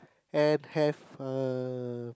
and have a